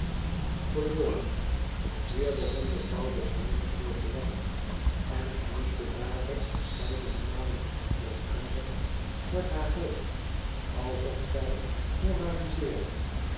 hier begon de vrouw des huizes weer te lachen en knikte daarop erscheidene malen achter elkander met haar hoofd alsof zij moralikcrde